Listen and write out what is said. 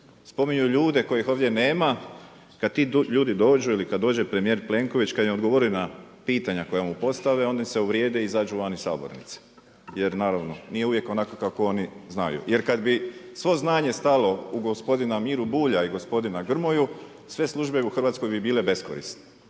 Spominju ljude kojih ovdje nema. Kad ti ljudi dođu ili kad dođe premijer Plenković, kad im odgovori na pitanje koja mu postave oni se uvrijede i izađu van iz sabornice, jer naravno nije uvijek onako kako oni znaju. Jer kad bi svo znanje stalo u gospodina Miru Bulja i gospodina Grmoju sve službe u Hrvatskoj bi bile beskorisne.